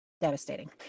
devastating